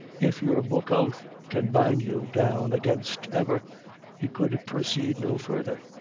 if your book oath can bind you down against ever he could proceed no further.